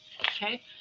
Okay